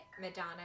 Madonna